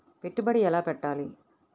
పెట్టుబడి ఎలా పెట్టాలి?